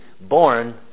born